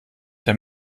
der